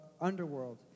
underworld